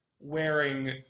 wearing